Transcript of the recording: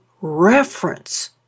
reference